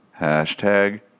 Hashtag